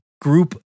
group